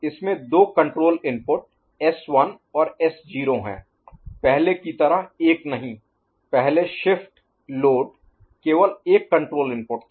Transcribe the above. इसमें दो control input S1 और S0 हैं पहले की तरह एक नहीं पहले शिफ्ट लोड केवल एक कंट्रोल इनपुट था